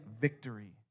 victory